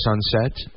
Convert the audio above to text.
sunset